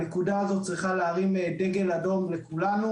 הנקודה הזו צריכה להרים דגל אדום לכולנו